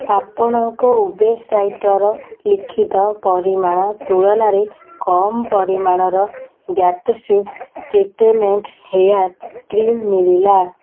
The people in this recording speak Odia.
ଆପଣଙ୍କ ୱେବ୍ସାଇଡ଼ର ଲିଖିତ ପରିମାଣ ତୁଳନାରେ କମ୍ ପରିମାଣର ଟ୍ରିଟ୍ମେଣ୍ଟ୍ ହେୟାର୍ କ୍ରିମ୍ ମିଳିଲା